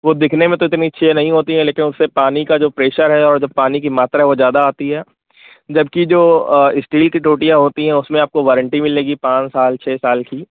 वो दिखने में तो इतनी अच्छी नहीं होती लेकिन उससे पानी का प्रेशर है और जो पानी की मात्रा होती है वह ज्यादा आती है जबकि जो स्टील की टोंटियाँ होती है उसमें आपको वारंटी मिलेगी पाँच साल छः साल की